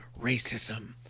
Racism